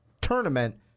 tournament